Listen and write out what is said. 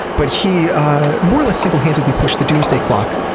but he more or less single handedly pushed the doomsday clock,